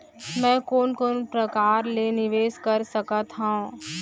मैं कोन कोन प्रकार ले निवेश कर सकत हओं?